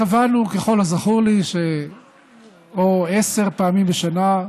קבענו, ככל הזכור לי, עשר פעמים בשנה,